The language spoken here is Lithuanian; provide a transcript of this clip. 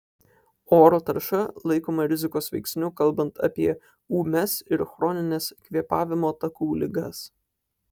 oro tarša laikoma rizikos veiksniu kalbant apie ūmias ir chronines kvėpavimo takų ligas